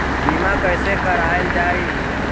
बीमा कैसे कराएल जाइ?